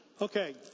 okay